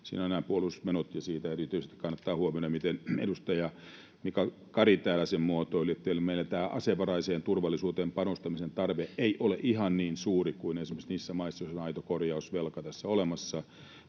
Siinä on nämä puolustusmenot, ja siinä erityisesti kannattaa huomioida, miten edustaja Mika Kari täällä sen muotoili, että meillä tämä asevaraiseen turvallisuuteen panostamisen tarve ei ole ihan niin suuri kuin esimerkiksi niissä maissa, joissa on aito korjausvelka tässä olemassa,